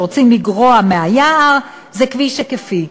שרוצים לגרוע מהיער כביש היקפי.